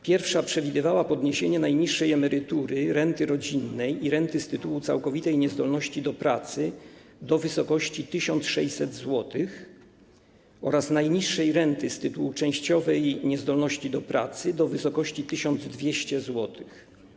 Pierwsza przewidywała podniesienie najniższej emerytury, renty rodzinnej i renty z tytułu całkowitej niezdolności do pracy do wysokości 1600 zł oraz najniższej renty z tytułu częściowej niezdolności do pracy do wysokości 1200 zł.